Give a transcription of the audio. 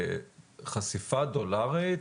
חשיפה דולרית,